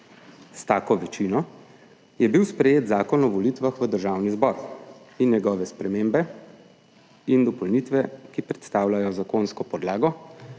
S tako večino je bil sprejet Zakon o volitvah v Državni zbor in njegove spremembe in dopolnitve, ki predstavljajo zakonsko podlago